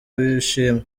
w’ishimwe